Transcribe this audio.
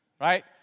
Right